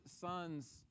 sons